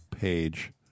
page